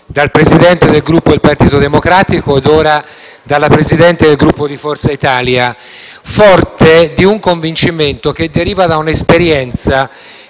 dal Presidente del Gruppo Partito Democratico ed ora dalla Presidente del Gruppo Forza Italia, forte di un convincimento che deriva da un'esperienza